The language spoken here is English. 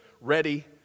ready